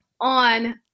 on